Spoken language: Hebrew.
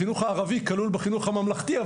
החינוך הערבי כלול בחינוך הממלכתי,